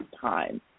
time